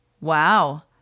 Wow